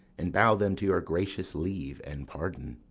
and bow them to your gracious leave and pardon.